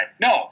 No